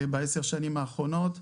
בעשר השנים האחרונות,